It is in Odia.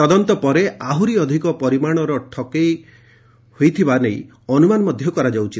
ତଦନ୍ତ ପରେ ଆହୁରି ଅଧିକ ପରିମାଣର ଠକେଇ ହେଇଥିବା ନେଇ ଅନୁମାନ କରାଯାଉଛି